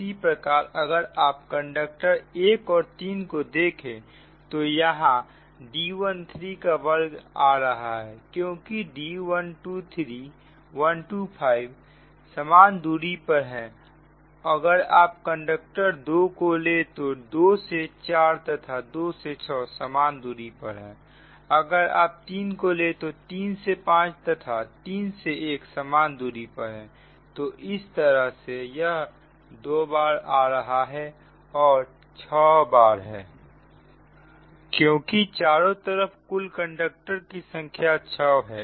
इसी प्रकार अगर आप कंडक्टर 1 और 3 को देखें तो यहां D13 का वर्ग आ रहा है क्योंकि 1 2 3 1 2 5 समान दूरी पर है अगर आप कंडक्टर 2 को ले तो 2 से 4 तथा 2 से 6 समान दूरी पर है अगर आप 3 को ले तो 3 से 5 तथा 3 से 1 समान दूरी पर है तो इस तरह से यह दोबारा आ रहा है और 6 बार है क्योंकि चारों तरफ कुल कंडक्टर की संख्या 6 है